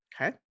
Okay